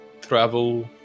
travel